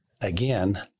again